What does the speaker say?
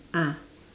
ah